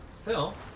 Phil